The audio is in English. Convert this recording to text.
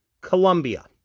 Colombia